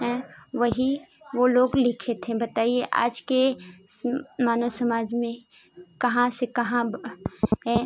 हैं वही वो लोग लिखे थे बताइए आज के मानव समाज में कहाँ से कहाँ हैं